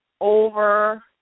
over